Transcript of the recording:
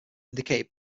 indicated